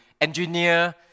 engineer